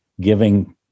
giving